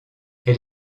elle